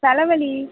தலை வலி